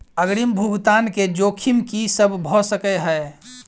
अग्रिम भुगतान केँ जोखिम की सब भऽ सकै हय?